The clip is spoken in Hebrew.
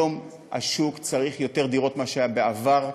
היום השוק צריך יותר דירות משהיו בעבר,